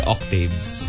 Octaves